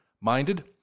minded